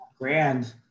grand